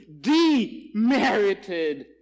demerited